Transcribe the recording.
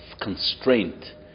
constraint